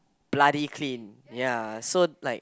bloody clean ya so like